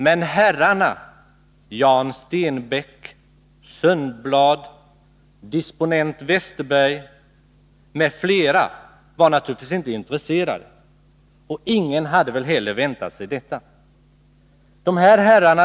Men herrar Stenbeck, Sundblad, Westerberg m.fl. var naturligtvis inte intresserade — ingen hade väl heller väntat sig detta.